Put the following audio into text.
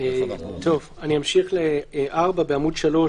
סעיף 4 בעמוד 3,